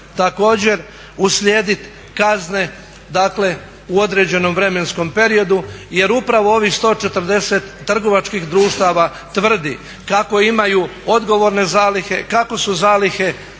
također uslijedit kazne dakle u određenom vremenom periodu jer upravo ovih 140 trgovačkih društava tvrdi kako imaju odgovorne zalihe, kako su zalihe